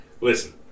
Listen